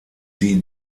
sie